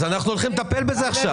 אז אנחנו הולכים לטפל בזה עכשיו.